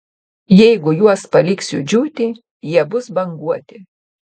jeigu juos paliksiu džiūti jie bus banguoti